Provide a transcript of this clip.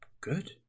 good